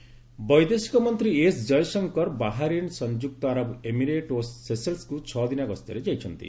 Jaishankar visit ବୈଦେଶିକ ମନ୍ତ୍ରୀ S Jaishankar Bahrain ସଂଯୁକ୍ତ ଆରବ ଇମିରେଟ୍ ଓ ସେସେଲ୍ୱକୁ ଛଅଦିନିଆ ଗସ୍ତରେ ଯାଇଛନ୍ତି